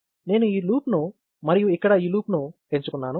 నేను ఈ లూప్ను మరియు ఇక్కడ ఈ లూప్ను ఎంచుకున్నాను